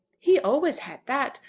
he always had that.